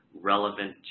relevant